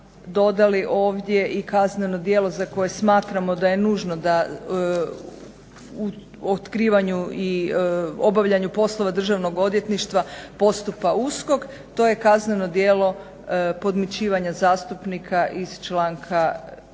dodali ovdje i kazneno djelo za koje smatramo da je nužno u otkrivanju i obavljanju poslova državnog odvjetništva postupa USKOK. To je kazneno djelo podmićivanja zastupnika iz članka 339.